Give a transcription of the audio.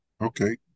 Okay